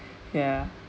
ya